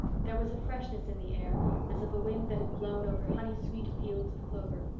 there was a freshness in the air as of a wind that had blown over honey-sweet fields of clover.